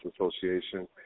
Association